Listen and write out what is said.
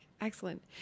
Excellent